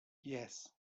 yes